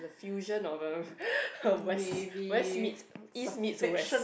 the fusion of a west west meets east meet west